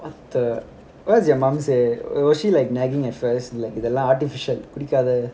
what the what's your mum say was she like nagging at first இதுலாம்:idhulam artificial குடிக்காத:kudikatha